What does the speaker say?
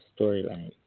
storyline